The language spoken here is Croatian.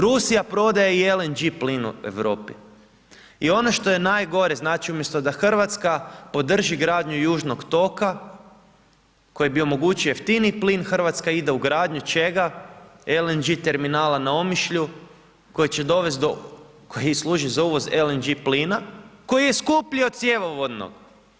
Rusija prodaje i LNG plin u Europi i ono što je najgore, znači umjesto da Hrvatska podrži gradnju Južnog toga koji bi omogućio jeftiniji plin, Hrvatska ide u gradnju čega, LNG terminala na Omišlju koji će dovesti do, koji i služi za uvoz LNG plina koji je skuplji od cjevovodnog.